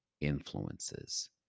influences